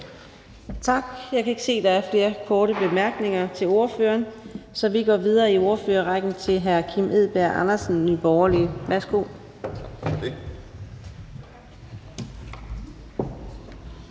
Tak. Jeg kan ikke se, at der er flere korte bemærkninger til ordføreren. Så vi går videre i ordførerrækken til hr. Kim Edberg Andersen, Nye Borgerlige. Værsgo.